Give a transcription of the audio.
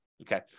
Okay